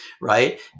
right